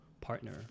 partner